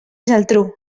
geltrú